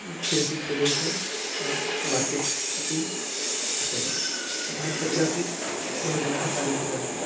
शिरसिप्रदेशे market अपि वर्तते अतः तत्रापि बहुजनाः कार्यं कुर्वन्ति